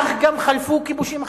כך גם חלפו כיבושים אחרים.